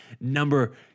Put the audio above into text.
number